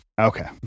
okay